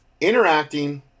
interacting